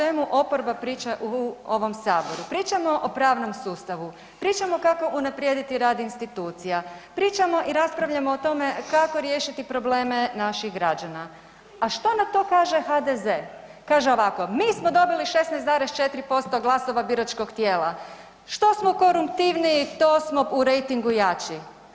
Evo o čemu oporba priča u ovom saboru, pričamo o pravnom sustavu, pričamo kako unaprijediti rad institucija, pričamo i raspravljamo o tome kako riješiti probleme naših građana, a šta na to kaže HDZ, kaže ovako mi smo dobili 16,4% glasova biračkog tijela, što smo koruptivniji to smo u rejtingu jači.